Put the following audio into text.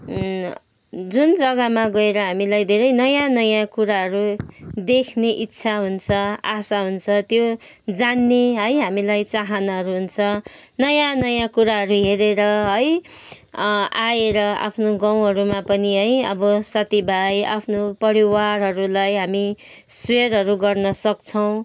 जुन जग्गामा गएर हामीलाई धेरै नयाँ नयाँ कुराहरू देख्ने इच्छा हुन्छ आशा हुन्छ त्यो जान्ने है हामीलाई चाहनाहरू हुन्छ नयाँ नयाँ कुराहरू हेरेर है आएर आफ्नो गाउँहरूमा पनि है अब साथीभाइ आफ्नो परिवारहरूलाई हामी सेयरहरू गर्नसक्छौँ